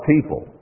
people